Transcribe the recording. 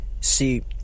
see